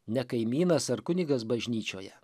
ne kaimynas ar kunigas bažnyčioje